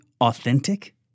authentic